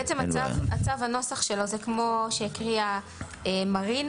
הצו, הנוסח שלו, זה כמו שהקריאה מרינה.